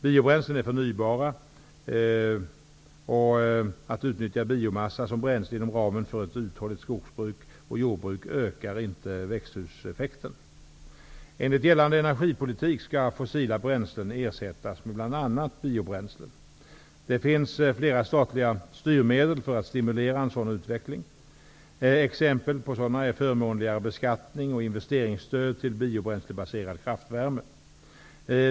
Biobränslen är förnybara och att utnyttja biomassa som bränsle inom ramen för ett uthålligt skogsbruk och jordbruk ökar inte växthuseffekten. Enligt gällande energipolitik skall fossila bränslen ersättas med bl.a. biobränslen. Det finns flera statliga styrmedel för att stimulera en sådan utveckling. Exempel på sådana är förmånligare beskattning och investeringsstöd till biobränslebaserad kraftvärme.